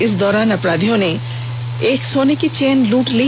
इस दौरान अपराधियों ने एक सोने की चेन लूट ली